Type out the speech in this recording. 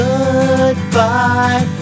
Goodbye